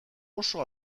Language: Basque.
oso